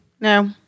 No